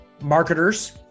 marketers